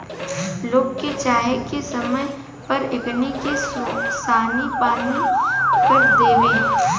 लोग के चाही की समय पर एकनी के सानी पानी कर देव